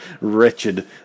wretched